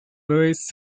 louis